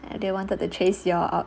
and they wanted to chase you all out